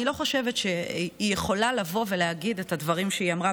אני לא חושבת שהיא יכולה לבוא ולהגיד את הדברים שהיא אמרה.